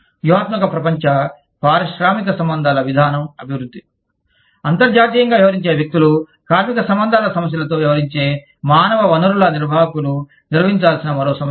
వ్యూహాత్మక ప్రపంచ పారిశ్రామిక సంబంధాల విధానం అభివృద్ధి అంతర్జాతీయంగా వ్యవహరించే వ్యక్తులు కార్మిక సంబంధాల సమస్యలతో వ్యవహరించే మానవ వనరుల నిర్వాహకులు వ్యవహరించాల్సిన మరో సమస్య